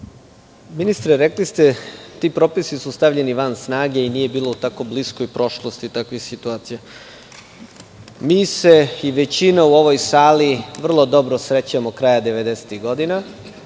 Ministre, rekli ste – ti propisi su stavljeni van snage i nije bilo u tako bliskoj prošlosti takvih situacija. Mi se, i većina u ovoj sali vrlo dobro sećamo kraja devedesetih